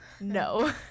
no